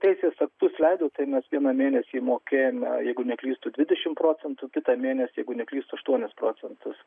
teisės aktus leido tai mes vieną mėnesį mokėjome jeigu neklystu dvidešimt procentų kitą mėnesį jeigu neklystu aštuonis procentus